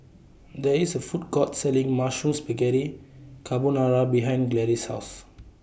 There IS A Food Court Selling Mushroom Spaghetti Carbonara behind Gladis' House